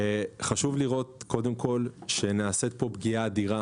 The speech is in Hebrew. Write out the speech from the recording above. קודם כל, חשוב לראות שנעשית פה פגיעה אדירה